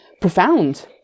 profound